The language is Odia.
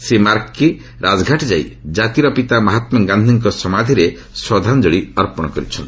ଶ୍ରୀ ମାକ୍ରି ରାଜଘାଟ ଯାଇ ଜାତିର ପିତା ମହାତ୍ମା ଗାନ୍ଧୀଙ୍କ ସମାଧ୍ୟରେ ଶ୍ରଦ୍ଧାଞ୍ଜଳି ଅର୍ପଣ କରିଛନ୍ତି